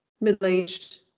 middle-aged